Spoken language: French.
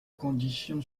condition